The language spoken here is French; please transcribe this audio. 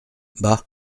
bah